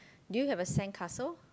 do you have a sandcastle